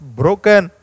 broken